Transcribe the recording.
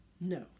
No